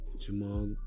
Jamal